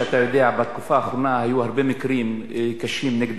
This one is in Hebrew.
בתקופה האחרונה היו הרבה מקרים קשים נגד קציני צה"ל,